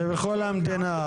זה בכל המדינה.